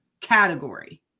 category